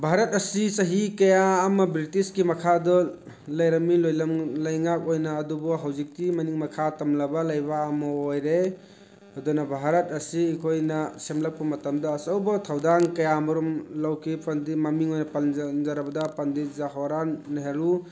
ꯚꯥꯔꯠ ꯑꯁꯤ ꯆꯍꯤ ꯀꯌꯥ ꯑꯃ ꯕ꯭ꯔꯤꯇꯤꯁꯀꯤ ꯃꯈꯥꯗ ꯂꯩꯔꯝꯃꯤ ꯂꯣꯏꯂꯝ ꯂꯩꯉꯥꯛ ꯑꯣꯏꯅ ꯑꯗꯨꯕꯨ ꯍꯧꯖꯤꯛꯇꯤ ꯃꯅꯤꯡ ꯃꯈꯥ ꯇꯝꯂꯕ ꯂꯩꯕꯥꯛ ꯑꯃ ꯑꯣꯏꯔꯦ ꯑꯗꯨꯅ ꯚꯥꯔꯠ ꯑꯁꯤ ꯑꯩꯈꯣꯏꯅ ꯁꯦꯝꯂꯛꯄ ꯃꯇꯝꯗ ꯑꯆꯧꯕ ꯊꯧꯗꯥꯡ ꯀꯌꯥ ꯃꯔꯨꯝ ꯂꯧꯈꯤ ꯃꯃꯤꯡ ꯑꯣꯏꯅ ꯄꯟꯖꯔꯕꯗ ꯄꯟꯗꯤꯠ ꯖꯋꯥꯍꯔ ꯂꯥꯜ ꯅꯦꯍꯔꯨ